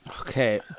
Okay